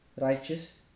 righteous